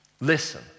Listen